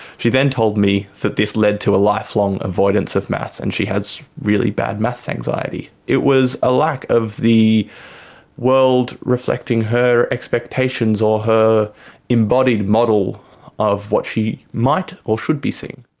she then told me that this led to a lifelong avoidance of maths, and she has really bad maths anxiety. it was a lack of the world reflecting her expectations or her embodied model of what she might or should be seeing.